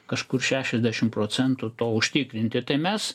kažkur šešiasdešimt procentų to užtikrinti tai mes